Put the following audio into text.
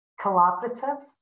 collaboratives